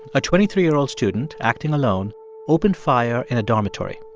a twenty three year old student acting alone opened fire in a dormitory.